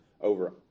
over